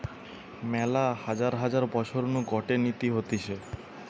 মেলা হাজার হাজার বছর নু গটে নীতি হতিছে